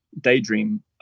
daydream